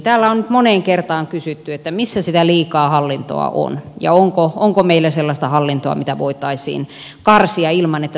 täällä on nyt moneen kertaan kysytty missä sitä liikaa hallintoa on ja onko meillä sellaista hallintoa mitä voitaisiin karsia ilman että toiminta kärsii